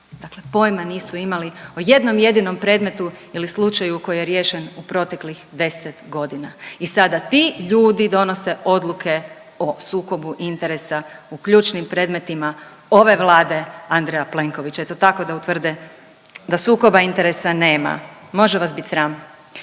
pojma nisu imali o jednom jedinom predmetu ili slučaju koji je riješen u proteklih 10 godina i sada ti ljudi donose odluke o sukobu interesa u ključnim predmetima ove Vlade Andreja Plenkovića i to tako da utvrde da sukoba interesa nema. Može vas bit sram.